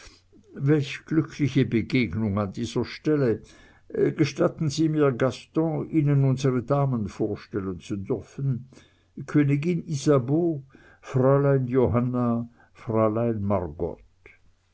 welche glückliche begegnung an dieser stelle gestatten sie mir gaston ihnen unsere damen vorstellen zu dürfen königin isabeau fräulein johanna fräulein margot